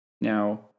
Now